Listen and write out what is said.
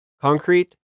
Concrete